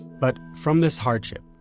but from this hardship,